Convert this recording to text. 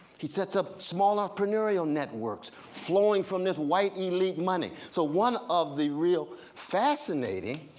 he sets up small entrepreneurial networks flowing from this white elite money. so one of the real fascinating